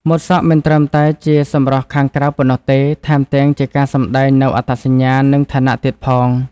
ម៉ូតសក់មិនត្រឹមតែជាសម្រស់ខាងក្រៅប៉ុណ្ណោះទេ ថែមទាំងជាការសម្ដែងនូវអត្តសញ្ញាណ និងឋានៈទៀតផង។